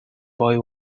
boy